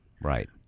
Right